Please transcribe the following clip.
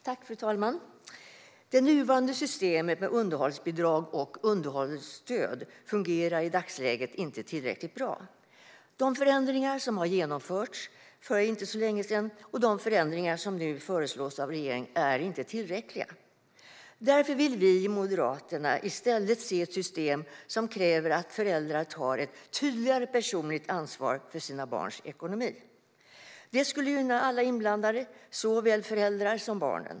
Fru talman! Det nuvarande systemet med underhållsbidrag och underhållsstöd fungerar i dagsläget inte tillräckligt bra. De förändringar som genomfördes för inte så länge sedan och de förändringar som nu föreslås av regeringen är inte tillräckliga. Därför vill vi i Moderaterna i stället se ett system som kräver att föräldrar tar ett tydligare personligt ansvar för sina barns ekonomi. Detta skulle gynna alla inblandade, såväl föräldrar som barn.